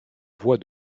voie